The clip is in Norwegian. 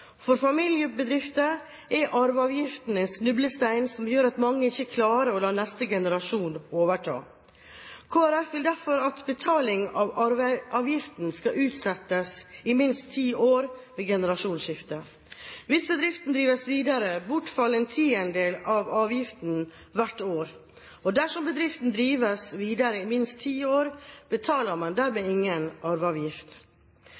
For familiebedrifter er arveavgiften en snublestein som gjør at mange ikke klarer å la neste generasjon overta. Kristelig Folkeparti vil derfor at betaling av arveavgiften skal utsettes i minst ti år ved generasjonsskifte. Hvis bedriften drives videre, bortfaller en tiendedel av avgiften hvert år, og dersom bedriften drives videre i minst ti år, betaler man